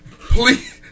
Please